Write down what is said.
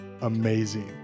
amazing